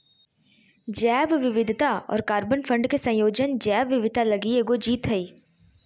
जैव विविधता और कार्बन फंड के संयोजन जैव विविधता लगी एगो जीत हइ